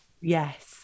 Yes